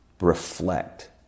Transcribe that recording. reflect